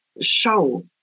show